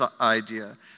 idea